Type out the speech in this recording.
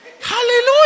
Hallelujah